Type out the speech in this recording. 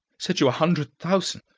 said you a hundred thousand?